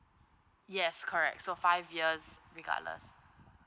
yes correct so five years regardless